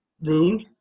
rule